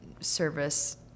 service